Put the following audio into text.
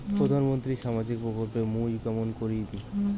প্রধান মন্ত্রীর সামাজিক প্রকল্প মুই কেমন করিম?